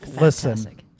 listen